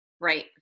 Right